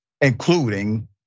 including